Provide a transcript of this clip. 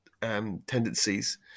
tendencies